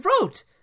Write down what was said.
wrote